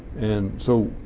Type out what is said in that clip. and so,